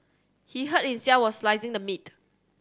he hurt himself while slicing the meat